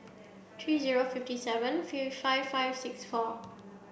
three zero fifty seven five five six four